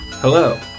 Hello